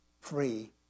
free